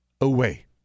Away